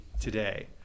today